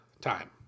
time